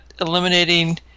eliminating